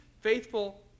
faithful